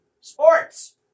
sports